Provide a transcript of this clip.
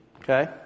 Okay